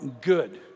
good